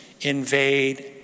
invade